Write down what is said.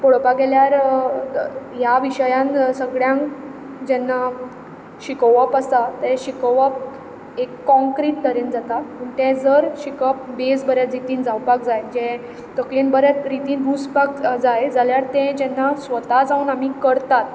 पळोवपाक गेल्यार ह्या विशयांत सगळ्यांक जेन्ना शिकोवप आसा तें शिकोवप एक कॉन्क्रीट तरेन जाता पूण तें जर शिकप भेस बरे रितीन जावपाक जाय जें तकलेन बरे रितीन घुसपाक जाय जाल्यार तें जेन्ना स्वता जावन जेन्ना आमी करतात